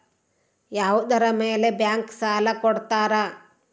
ಯಾವುದರ ಮೇಲೆ ಬ್ಯಾಂಕ್ ಸಾಲ ಕೊಡ್ತಾರ?